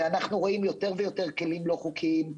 אנחנו רואים יותר ויותר כלים לא חוקיים,